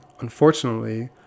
Unfortunately